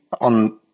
on